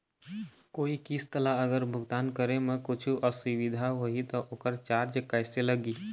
कोई किस्त ला अगर भुगतान करे म कुछू असुविधा होही त ओकर चार्ज कैसे लगी?